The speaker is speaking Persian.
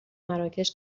مراکش